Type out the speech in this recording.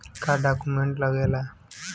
का डॉक्यूमेंट लागेला?